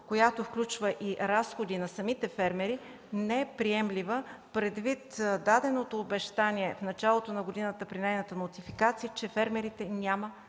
която включва и разходи на самите фермери, не е приемлива предвид даденото обещание в началото на годината при нейната нотификация, че фермерите няма